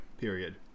period